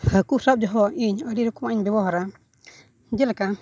ᱦᱟᱹᱠᱩ ᱥᱟᱵ ᱡᱚᱠᱷᱚᱱ ᱤᱧ ᱟᱹᱰᱤ ᱨᱚᱠᱚᱢᱟᱜ ᱤᱧ ᱵᱮᱵᱚᱦᱟᱨᱟ ᱡᱮᱞᱮᱠᱟ